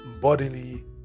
bodily